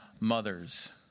mothers